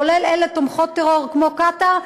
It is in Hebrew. כולל תומכות טרור כמו קטאר,